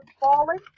falling